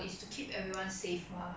!aiya!